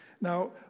Now